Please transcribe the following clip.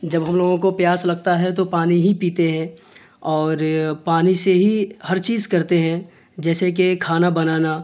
جب ہم لوگوں کو پیاس لگتا ہے تو پانی ہی پیتے ہیں اور پانی سے ہی ہر چیز کرتے ہیں جیسے کہ کھانا بنانا